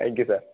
thank you sir